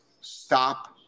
stop